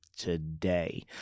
today